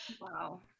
wow